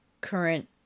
current